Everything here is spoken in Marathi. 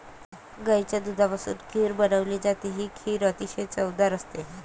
गाईच्या दुधापासून खीर बनवली जाते, ही खीर अतिशय चवदार असते